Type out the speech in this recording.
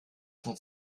sind